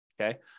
okay